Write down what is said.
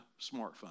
smartphone